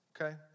Okay